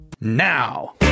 now